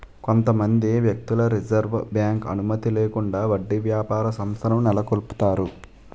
కొంతమంది వ్యక్తులు reserve bank అనుమతి లేకుండా వడ్డీ వ్యాపార సంస్థలను నెలకొల్పుతారు